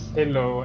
hello